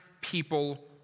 people